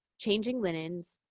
changing linens,